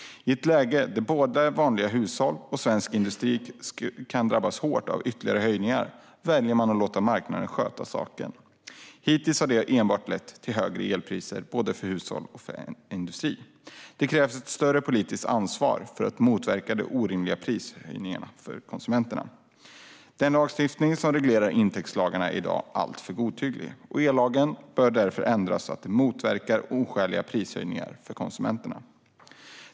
I ett läge där både vanliga hushåll och svensk industri kan drabbas hårt av ytterligare höjningar väljer man att låta marknaden sköta saken. Hittills har det enbart lett till högre elpriser för både hushållen och industrin. Det krävs ett större politiskt ansvar för att motverka de orimliga prishöjningarna för konsumenterna. Den lagstiftning som reglerar intäktsramarna är i dag alltför godtycklig. Ellagen bör därför ändras för att motverka oskäliga prishöjningar för konsumenterna.